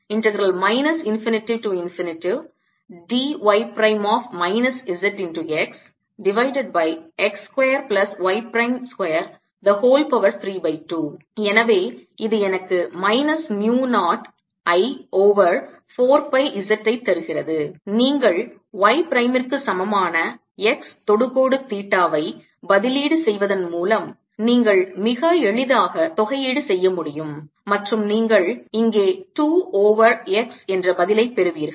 எனவே இது எனக்கு minus mu 0 I over 4 pi z ஐ தருகிறது நீங்கள் y பிரைமிற்கு சமமான x தொடுகோடு தீட்டாவை பதிலீடு செய்வதன் மூலம் நீங்கள் மிக எளிதாக தொகையீடு செய்ய முடியும் மற்றும் நீங்கள் இங்கே 2 ஓவர் x என்ற பதிலை பெறுவீர்கள்